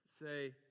say